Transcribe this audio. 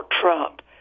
Trump